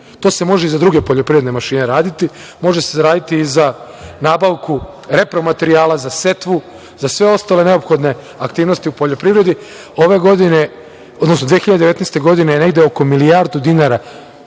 To se može i za druge poljoprivredne mašine raditi. Može se raditi i za nabavku repromaterijala, za setvu, za sve ostale neophodne aktivnosti u poljoprivredi. Godine 2019. je negde oko milijardu dinara